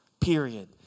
period